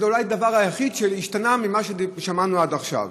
זה אולי הדבר היחיד שהשתנה ממה ששמענו עד עכשיו.